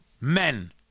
men